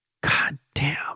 goddamn